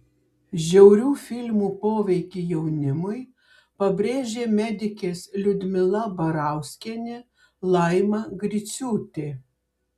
žiaurių filmų poveikį jaunimui pabrėžė medikės liudmila barauskienė laima griciūtė